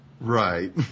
Right